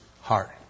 heart